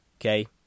okay